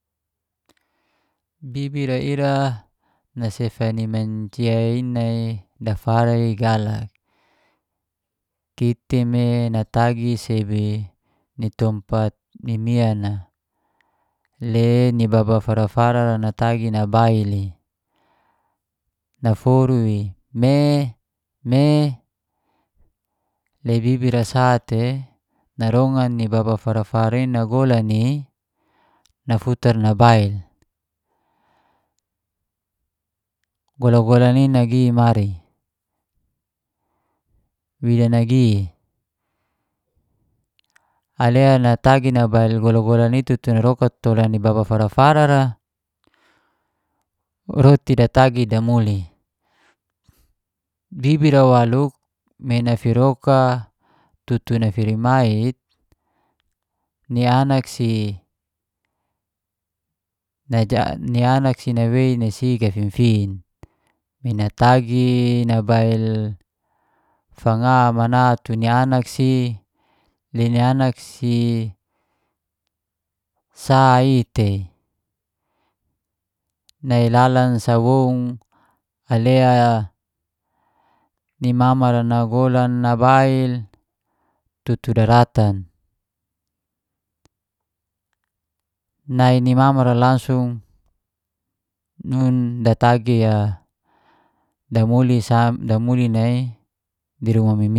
Bibi ra ira nasefa ni mancia i nai nafara i galak, kiti me natagi sebi ni tompat mimian a, le ni baba fara-fara ra natagi nabail i. Naforu i "me me" le bibi ra sate narongan ni baba fara-far i nagolan i, nafuar nabail. Golan-golan i nagi mari? Wida nagi? Ale natagi nabail golan-golan i tutu naroka tola ni baba fara-fara ra, roti datagi damuli. Bibi ra waluk me nafiroka tutu ni firimait, ni anak si nawei nai si gafifin. Me natagi nabail fanga tu mana ni anak si, le ni anak si sa i tei nai lalan sa woun alea nimama ra nagolan nabail tutu dalatan. Nai ni mama ra langsung nun datagi a damuli nai di ruma mimian